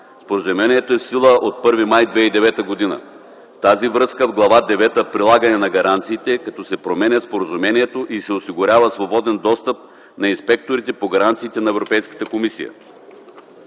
Споразумението е в сила от 1 май 2009 г. В тази връзка в Глава девета „Прилагане на гаранциите” се променя споразумението и се осигурява свободен достъп на инспекторите по гаранциите на Европейската комисия.